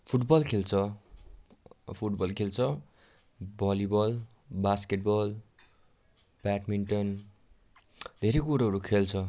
football खेल्छ football खेल्छ volleyball basketball badminton धेरै कुरोहरू खेल्छ